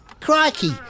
Crikey